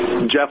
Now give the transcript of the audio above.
Jeff